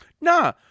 Nah